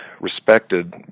respected